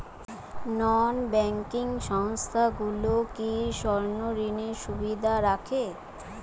নন banking সংস্থাগুলো কি স্বর্ণঋণের সুবিধা রাখে?